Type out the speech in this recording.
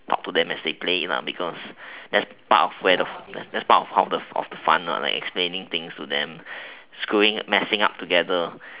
talk to them as they play it because that's part of where the that's part of the fun like explaining things to them screwing messing up together